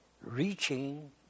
reaching